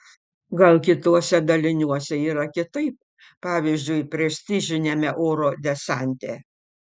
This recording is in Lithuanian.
gal kituose daliniuose yra kitaip pavyzdžiui prestižiniame oro desante